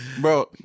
Bro